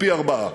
פי-ארבעה.